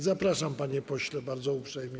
Zapraszam, panie pośle, bardzo uprzejmie.